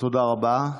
תודה רבה.